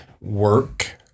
work